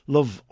Love